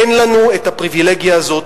אין לנו את הפריווילגיה הזאת.